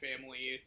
family